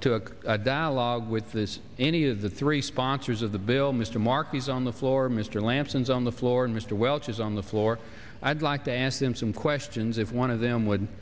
took down law with this any of the three sponsors of the bill mr marquis's on the floor mr lampson is on the floor and mr welch is on the floor i'd like to ask him some questions of one of them would